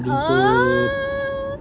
oh